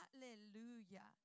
Hallelujah